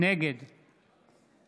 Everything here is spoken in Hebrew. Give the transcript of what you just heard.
נגד